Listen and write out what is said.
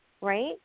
Right